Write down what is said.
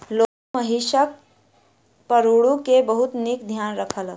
लोक महिषक पड़रू के बहुत नीक ध्यान रखलक